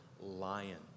lion